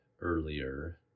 earlier